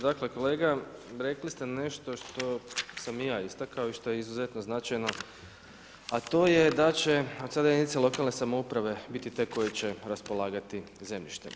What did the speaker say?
Dakle kolega, rekli ste nešto što sam i ja istakao i što je izuzetno značajno, a to je da će, … jedinica lokalne samouprave biti te koje će raspolagati zemljištem.